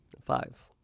Five